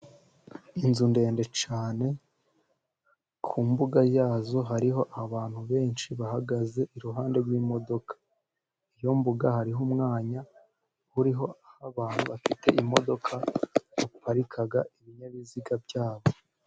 Inzu ndende cyane ku mbuga yayo hariho abantu benshi bahagaze iruhande rw'imodoka, iyo mbuga hariho umwanya uriho abo abantu bafite imodoka baparika ibinyabiziga byabo.